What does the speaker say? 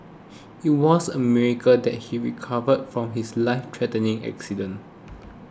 it was a miracle that he recovered from his lifethreatening accident